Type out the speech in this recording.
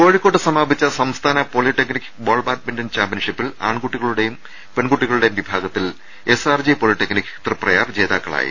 കോഴിക്കോട്ട് സമാപിച്ച സംസ്ഥാന പോളി ടെക്നിക്ക് ബോൾ ബാഡ്മിന്റൺ ചാമ്പ്യൻ ഷിപ്പിൽ ആൺകുട്ടികളുടെയും പെൺകുട്ടികളു ടെയും വിഭാഗത്തിൽ S R G polytechnic Triprayar ജേതാക്ക ളായി